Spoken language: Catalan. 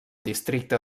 districte